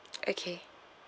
okay